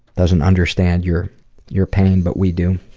doesn't understand your your pain but we do.